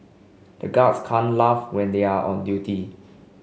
the guards can't laugh when they are on duty